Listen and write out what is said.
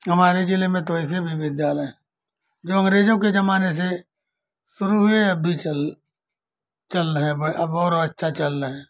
हमारे जिले में तो ऐसे भी विद्यालय हैं जो अंग्रेजों के जमाने से शुरू हुए अब भी चल चल रहे हैं अब और अच्छा चल रहे हैं